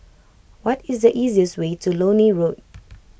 what is the easiest way to Lornie Road